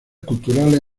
culturales